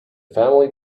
family